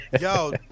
Yo